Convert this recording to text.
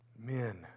Men